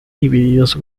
divididos